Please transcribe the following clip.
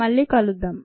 మళ్ళీ కలుద్దాం